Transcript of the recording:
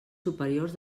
superiors